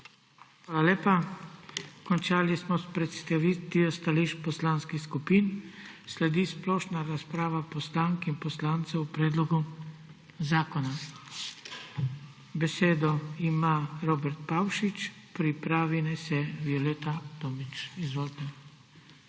Hvala lepa. Končali smo s predstavitvijo stališ poslanski skupin. Sledi splošna razprava poslank in poslancev o predlogu zakona. Besedo ima Robert Pavšič, pripravi naj se Violeta Tomić. Izvolite.